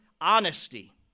honesty